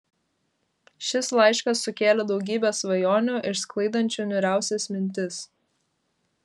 šis laiškas sukėlė daugybę svajonių išsklaidančių niūriausias mintis